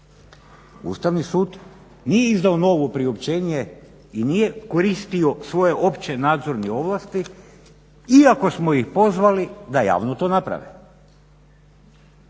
Ustavni sud nije izdao novo priopćenje i nije koristio svoje opće nadzorne ovlasti iako smo ih pozvali da javno to naprave.